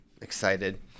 excited